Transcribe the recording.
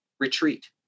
retreat